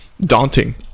daunting